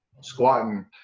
squatting